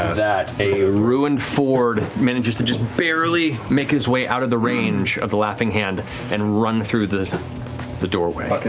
that, a ruined fjord manages to just barely make his way out of the range of the laughing hand and run through the the doorway.